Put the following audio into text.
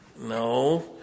No